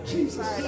Jesus